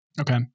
Okay